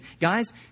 guys